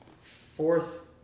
fourth